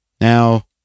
Now